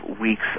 weeks